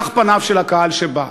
כך פניו של הקהל שבא.